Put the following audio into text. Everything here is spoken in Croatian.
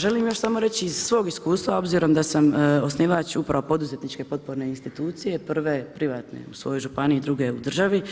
Želim još samo reći iz svog iskustva, obzirom da sam osnivač, upravo poduzetničke potporne institucije, prve privatne u svojoj županiji, druge u državi,